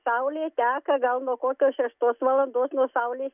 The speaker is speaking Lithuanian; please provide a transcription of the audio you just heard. saulė teka gal nuo kokios šeštos valandos nuo saulės